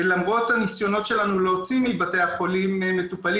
למרות הניסיונות שלנו להוציא מבתי החולים מטופלים